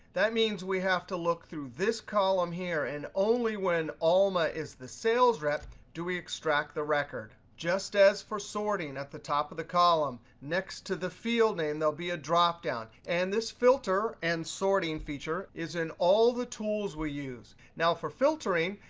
that means we have to look through this column here, and only when alma is the sales rep do we extract the record, just as for sorting at the top of the column, next to the field name there'll be a drop down. and this filter and sorting feature is in all the tools we use. now, for filtering,